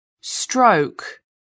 stroke